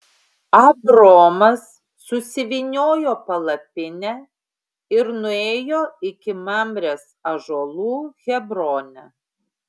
abromas susivyniojo palapinę ir nuėjo iki mamrės ąžuolų hebrone